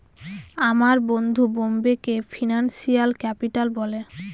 আমার বন্ধু বোম্বেকে ফিনান্সিয়াল ক্যাপিটাল বলে